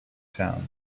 sound